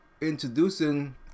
Introducing